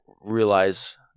realize